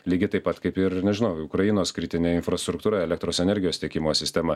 lygiai taip pat kaip ir nežinau ukrainos kritinė infrastruktūra elektros energijos tiekimo sistema